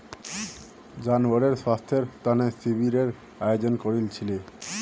जानवरेर स्वास्थ्येर तने शिविरेर आयोजन करील छिले